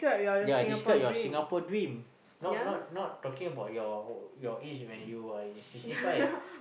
ya describe your Singapore dream not not not talking about your your age when you are in sixty five